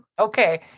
Okay